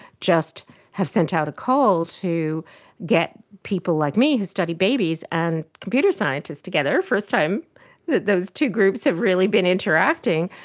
just have sent out a call to get people like me who study babies and computer scientists together, the first time that those two groups have really been interacting,